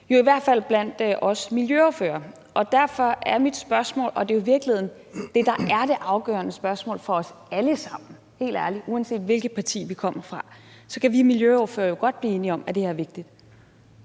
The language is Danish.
i hvert fald blandt os miljøordførere. Derfor er mit spørgsmål – og helt ærligt, så er det jo i virkeligheden det, der er det afgørende spørgsmål for os alle sammen; uanset hvilket parti vi kommer fra, kan vi miljøordførere jo godt blive enige om, at det her er vigtigt